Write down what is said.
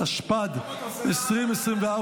התשפ"ד 2024,